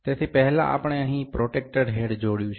તેથી પહેલા આપણે અહીં પ્રોટ્રેક્ટર હેડ જોડ્યું છે